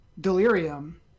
Delirium